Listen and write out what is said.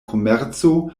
komerco